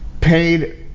paid